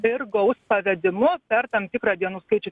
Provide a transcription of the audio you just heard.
ir gaus pavedimu per tam tikrą dienų skaičių